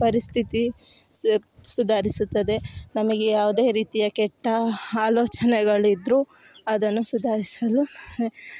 ಪರಿಸ್ಥಿತಿ ಸುಧಾರಿಸುತ್ತದೆ ನಮಗೆ ಯಾವುದೇ ರೀತಿಯ ಕೆಟ್ಟ ಆಲೋಚನೆಗಳಿದ್ರು ಅದನ್ನು ಸುಧಾರಿಸಲು